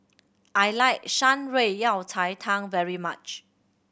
I like Shan Rui Yao Cai Tang very much